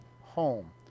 home